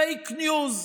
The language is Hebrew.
פייק ניוז,